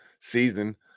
season